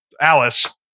Alice